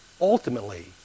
ultimately